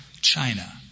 China